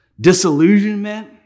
disillusionment